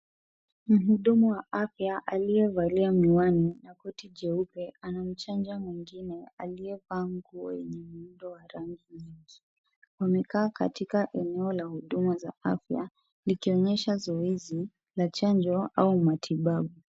Mhudumu wa afya aliye valia miwani na koti jeupe, ana mchanja mwingine aliyevaa mguu wenye muundo wa rangi nyekundu. Wamekaa katika eneo la huduma za afya, likionyesha zoezi la chanjo au matibabu.